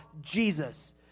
Jesus